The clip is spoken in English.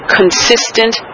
consistent